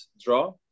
draw